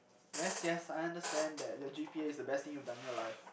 yes yes I understand that your G_P_A is the best thing you've done in your life